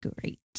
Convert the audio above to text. great